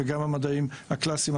וגם המדעים הקלאסיים,